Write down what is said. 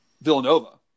Villanova